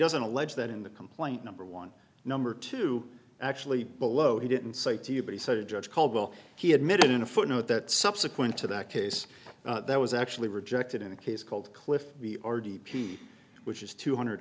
doesn't allege that in the complaint number one number two actually below he didn't say to you but he said the judge called will he admitted in a footnote that subsequent to that case there was actually rejected in a case called cliff b or d p which is two hundred